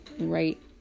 right